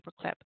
paperclip